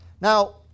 Now